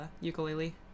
Ukulele